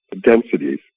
densities